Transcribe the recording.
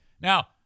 Now